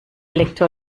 lektor